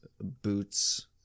Boots